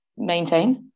maintained